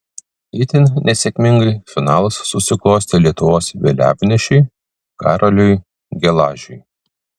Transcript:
itin nesėkmingai finalas susiklostė lietuvos vėliavnešiui karoliui gelažiui